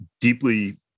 deeply